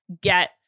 get